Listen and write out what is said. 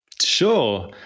Sure